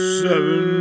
seven